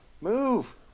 move